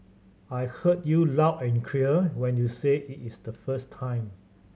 I heard you loud and clear when you said it the first time